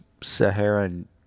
Saharan